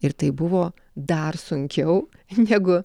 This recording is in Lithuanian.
ir tai buvo dar sunkiau negu